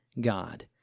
God